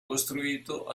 costruito